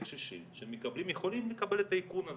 קשישים שיכולים לקבל את האיכון הזה,